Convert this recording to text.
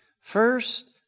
First